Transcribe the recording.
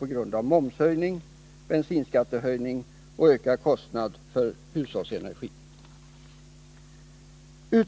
på grund av momshöjning, bensinskattehöjning och ökad kostnad för hushållsenergi.